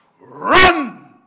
run